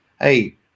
Hey